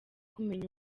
kumenya